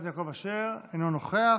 אינו נוכח.